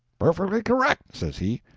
perfectly correct, says he.